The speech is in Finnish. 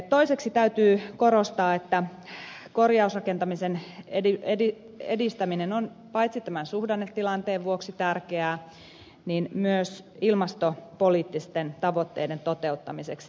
toiseksi täytyy korostaa että korjausrakentamisen edistäminen on tärkeää paitsi tämän suhdannetilanteen vuoksi myös ilmastopoliittisten tavoitteiden toteuttamiseksi